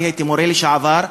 אני מורה לשעבר,